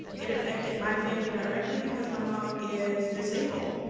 it affected my family directly, because my mom is disabled.